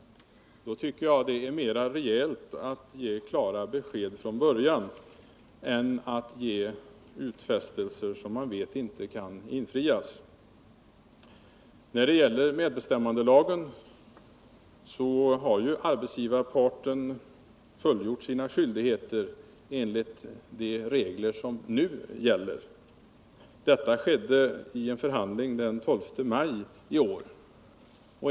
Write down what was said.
Då tycker jag att det är mera rejält att ge klara besked från början än att ge utfästelser som man vet inte kan infrias. När det gäller medbestämmandelagen har arbetsgivarparten fullgjort sina skyldigheter enligt de regler som nu gäller. Detta skedde vid en förhandling den 12 maj i år.